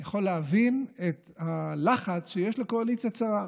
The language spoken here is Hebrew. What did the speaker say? אני יכול להבין את הלחץ שיש לקואליציה צרה.